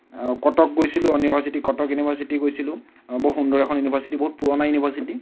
কটক গৈছিলোঁ university Cuttack university গৈছিলোঁ বৰ সুন্দৰ এখন ইউনিভাৰচিটি বহুত পুৰণা ইউনিভাৰচিটি